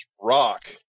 Rock